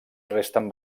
resten